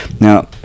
now